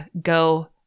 go